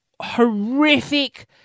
horrific